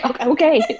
Okay